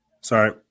Sorry